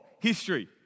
history